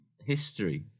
History